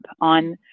on